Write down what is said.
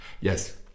Yes